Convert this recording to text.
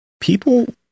people